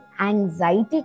anxiety